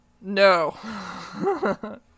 No